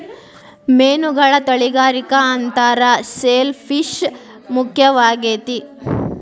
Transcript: ಮೇನುಗಳ ತಳಿಕರಣಾ ಅಂತಾರ ಶೆಲ್ ಪಿಶ್ ಮುಖ್ಯವಾಗೆತಿ